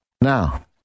Now